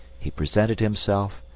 he presented himself,